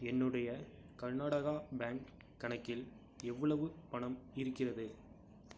என்னுடைய கர்நாடகா பேங்க் கணக்கில் எவ்வளவு பணம் இருக்கிறது